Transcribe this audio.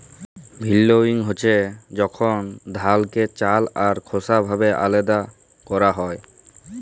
ভিল্লউইং হছে যখল ধালকে চাল আর খোসা ভাবে আলাদা ক্যরা হ্যয়